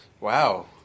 wow